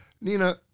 Nina